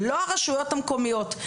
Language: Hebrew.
לא הרשויות המקומיות.